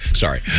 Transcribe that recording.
sorry